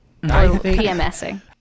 pmsing